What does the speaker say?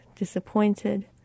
Disappointed